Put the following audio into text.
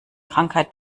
krankheit